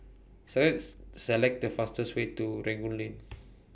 Select Select The fastest Way to Rangoon Lane